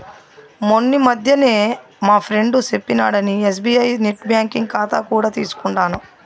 మొన్నీ మధ్యనే మా ఫ్రెండు సెప్పినాడని ఎస్బీఐ నెట్ బ్యాంకింగ్ కాతా కూడా తీసుకుండాను